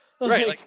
right